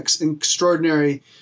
extraordinary